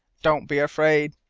don't be afraid,